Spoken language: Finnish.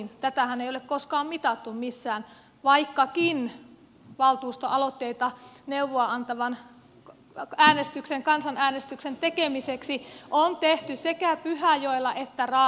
tätähän ei ole koskaan mitattu missään vaikkakin valtuustoaloitteita neuvoa antavan kansanäänestyksen tekemiseksi on tehty sekä pyhäjoella että raahessa